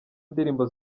ndirimbo